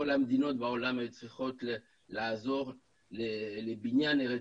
כל המדינות בעולם היו צריכות לעזור לבניין ארץ